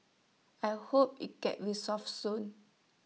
I hope IT gets resolved soon